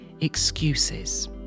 excuses